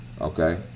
okay